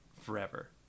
forever